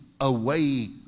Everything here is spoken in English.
away